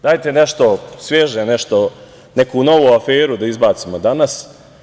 Dajte nešto sveže nešto neku novu aferu da izbacimo danas.